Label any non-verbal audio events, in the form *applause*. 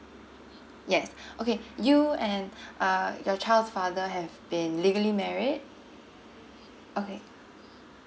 yes *breath* okay you and *breath* uh your child's father have been legally married okay